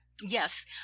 Yes